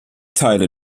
teile